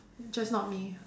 just not me